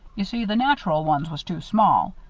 you see, the natural ones was too small.